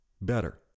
better